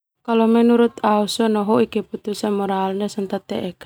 Hoi keputusan moral ndia sona tateek.